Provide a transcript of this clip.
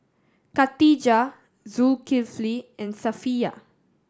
Khatijah Zulkifli and Safiya